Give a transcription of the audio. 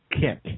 Kick